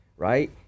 right